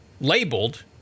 labeled